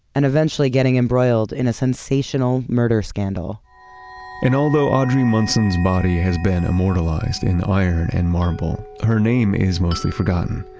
and eventually getting embroiled in a sensational murder scandal and although audrey munson's body has been immortalized in iron and marble, her name is mostly forgotten.